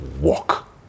walk